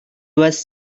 was